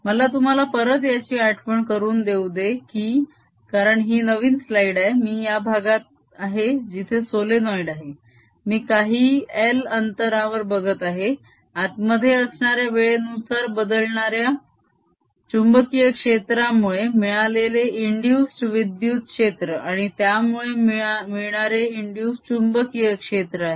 मला तुम्हाला परत याची आठवण करून देऊ दे की कारण ही नवीन स्लाईड आहे मी या भागात आहे जिथे सोलेनोइड आहे मी काही l अंतरावर बघत आहे आतमध्ये असणाऱ्या वेळेनुसार बदलणाऱ्या चुंबकीय क्षेत्रामुळे मिळालेले इंदुस्ड विद्युत क्षेत्र आणि त्यामुळे मिळणारे इंदुस्ड चुंबकीय क्षेत्र आहे